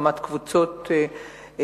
הקמת קבוצות וכו'.